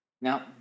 now